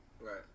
Right